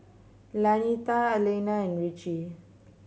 Lanita Alaina and Ritchie